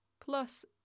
plus